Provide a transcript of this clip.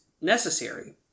necessary